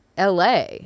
LA